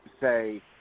say